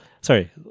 sorry